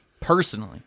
Personally